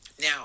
Now